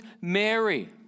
Mary